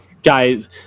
Guys